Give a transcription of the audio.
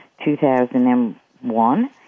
2001